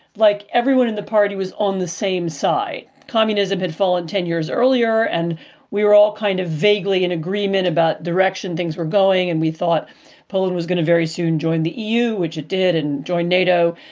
like everyone in the party was on the same side. communism had fallen ten years earlier, and we were all kind of vaguely in agreement about direction things were going. and we thought poland was going to very soon join the eu, which it did, and joined nato.